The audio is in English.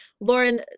Lauren